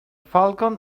falcon